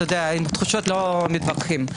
ועם תחושות לא מתווכחים.